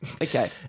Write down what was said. okay